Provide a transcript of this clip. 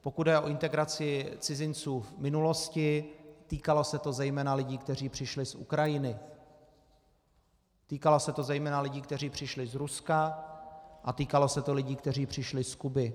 Pokud jde o integraci cizinců v minulosti, týkalo se to zejména lidí, kteří přišli z Ukrajiny, týkalo se to zejména lidí, kteří přišli z Ruska, a týkalo se to lidí, kteří přišli z Kuby.